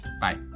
Bye